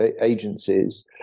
agencies